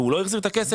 והוא לא החזיר את הכסף,